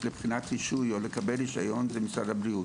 לבחינת רישוי או לקבל רישיון זה משרד הבריאות.